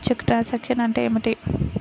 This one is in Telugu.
చెక్కు ట్రంకేషన్ అంటే ఏమిటి?